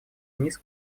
вниз